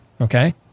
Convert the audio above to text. okay